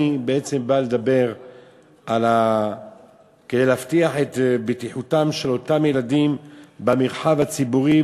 אני בעצם בא לדבר כדי להבטיח את בטיחותם של אותם ילדים במרחב הציבורי.